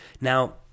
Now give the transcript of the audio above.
Now